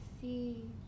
see